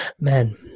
Man